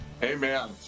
Amen